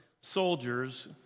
soldiers